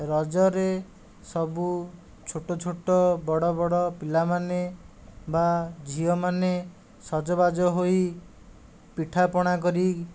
ରଜରେ ସବୁ ଛୋଟ ଛୋଟ ବଡ଼ ବଡ଼ ପିଲାମାନେ ବା ଝିଅମାନେ ସଜବାଜ ହୋଇ ପିଠାପଣା କରି